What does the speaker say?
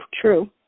True